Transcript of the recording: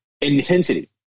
intensity